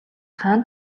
хаан